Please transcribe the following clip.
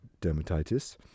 dermatitis